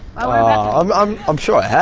oh, i'm i'm um sure yeah